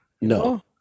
no